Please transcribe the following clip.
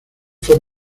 fue